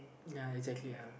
ya exactly uh